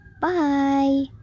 Bye